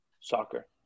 soccer